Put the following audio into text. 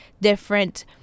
different